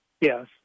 Yes